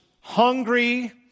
hungry